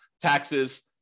taxes